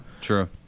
true